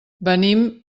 venim